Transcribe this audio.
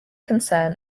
concern